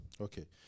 Okay